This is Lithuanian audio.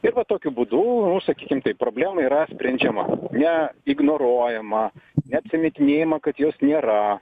ir va tokiu būdu nu sakykim taip problema yra sprendžiama ne ignoruojama neapsimetinėjama kad jos nėra